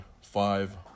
five